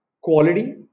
quality